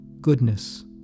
goodness